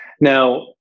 Now